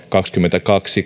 kaksikymmentäkaksin